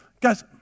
Guys